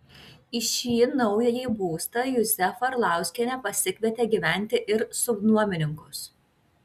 į šį naująjį savo būstą juzefa arlauskienė pasikvietė gyventi ir subnuomininkus